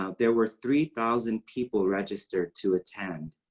ah there were three thousand people registered to attend.